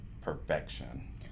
perfection